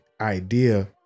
idea